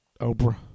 Oprah